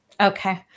Okay